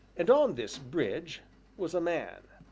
and on this bridge was a man.